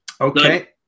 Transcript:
Okay